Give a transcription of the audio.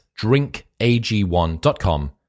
drinkag1.com